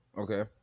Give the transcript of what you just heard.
Okay